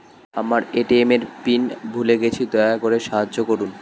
আমার এ.টি.এম এর পিন ভুলে গেছি, দয়া করে সাহায্য করুন